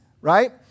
Right